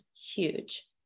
huge